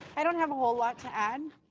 i don't have a whole lot to add,